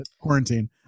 quarantine